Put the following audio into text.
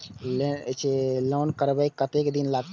Loan करबे में कतेक दिन लागते?